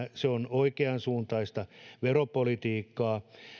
oikeansuuntaista veropolitiikkaa ja